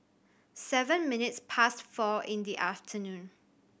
seven minutes past four in the afternoon